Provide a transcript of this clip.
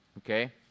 Okay